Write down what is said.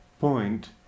point